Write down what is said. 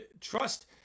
trust